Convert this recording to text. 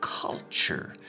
culture